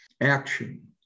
action